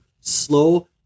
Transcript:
slow